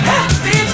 Happy